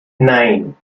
nein